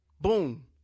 boom